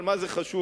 אבל מה זה חשוב,